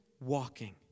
walking